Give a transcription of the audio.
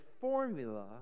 formula